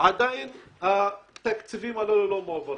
עדיין התקציבים האלה לא מועברים.